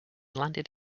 landed